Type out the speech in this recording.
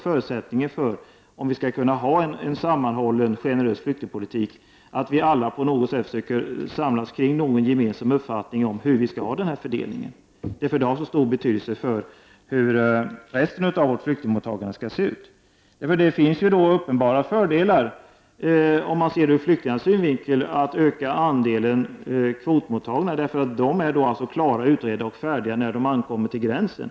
Förutsättningen för att vi skall kunna ha en sammansatt, generös flyktingpolitik är att vi alla på något sätt söker samlas kring en gemensam uppfattning om hur den här fördelningen skall vara. Det har stor betydelse för hur vårt flyktingmottagande skall se ut. Det finns uppenbara fördelar ur flyktingarnas synvinkel med att öka andelen kvotmottagna. De är klara, utredda och färdiga när de kommer till gränsen.